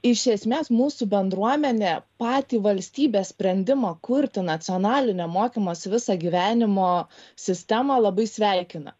iš esmės mūsų bendruomenė patį valstybės sprendimą kurti nacionalinę mokymosi visą gyvenimo sistemą labai sveikina